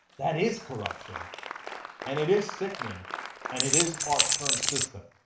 that is corruption and it is sickening and it is our current system.